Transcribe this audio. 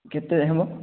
କେତେ ହେବ